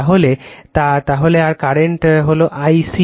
তাহলে আর কারেন্ট হলো I c